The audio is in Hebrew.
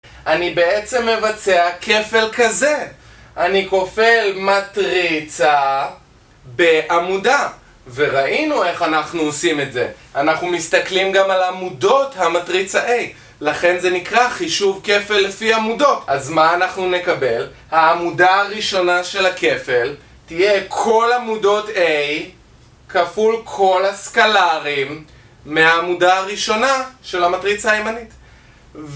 אני בעצם מבצע כפל כזה אני כופל מטריצה בעמודה וראינו איך אנחנו עושים את זה. אנחנו מסתכלים גם על עמודות המטריצה A לכן זה נקרא חישוב כפל לפי עמודות. אז מה אנחנו נקבל? העמודה הראשונה של הכפל תהיה כל עמודות A כפול כל הסקלרים מהעמודה הראשונה של המטריצה הימנית.